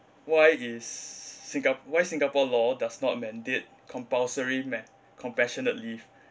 why is singa~ why singapore law does not mandate compulsory make compassionate leave